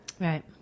Right